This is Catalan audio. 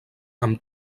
amb